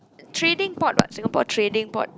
trading port what Singapore trading port